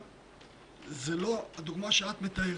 אבל אנחנו לא --- נבטל את ועדת האתיקה,